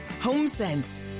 HomeSense